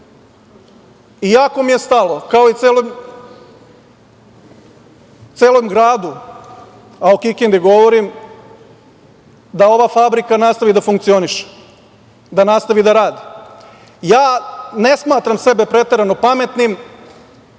mi je stalo kao i celom gradu, a o Kikindi govorim, da ova fabrika nastavi da funkcioniše, da nastavi da radi. Ja ne smatram sebe preterano pametnim,